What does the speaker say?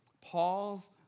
Paul's